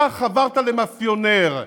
אתה חברת למאפיונר.